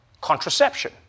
Contraception